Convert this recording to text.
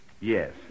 Yes